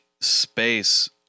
space